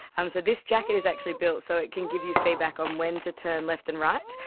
um so this jacket is actually built so it can give you feedback on when to turn left and right.